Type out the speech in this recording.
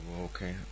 okay